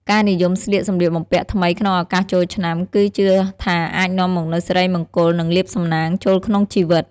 ការនិយមស្លៀកសម្លៀកបំពាក់ថ្មីក្នុងឱកាសចូលឆ្នាំ គឺជឿថាអាចនាំមកនូវសិរីមង្គល និងលាភសំណាងចូលក្នុងជីវិត។